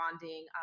bonding